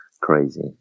crazy